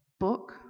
book